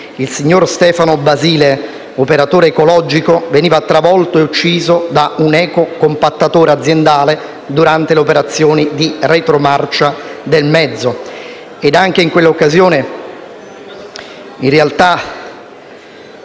il signor Stefano Basile, operatore ecologico, veniva travolto e ucciso da un ecocompattatore aziendale durante le operazioni di retromarcia del mezzo.